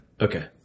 Okay